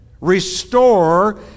restore